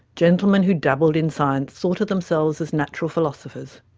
gentlemen who dabbled in science thought of themselves as natural philosophers.